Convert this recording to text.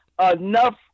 enough